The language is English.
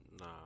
nah